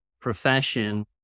profession